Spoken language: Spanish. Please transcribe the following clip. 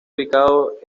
ubicado